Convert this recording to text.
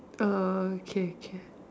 oh okay okay